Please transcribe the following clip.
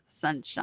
Sunshine